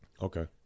Okay